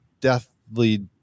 deathly